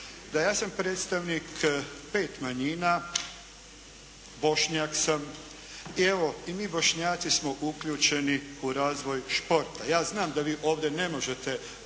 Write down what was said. da ja sam predstavnik 5 manjina, Bošnjak sam. Evo i mi Bošnjaci smo uključeni u razvoj športa. Ja znam da vi ovdje ne možete